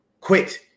Quit